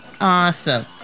awesome